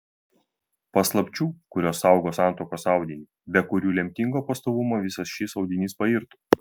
paslapčių kurios saugo santuokos audinį be kurių lemtingo pastovumo visas šis audinys pairtų